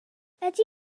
ydy